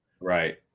Right